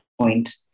point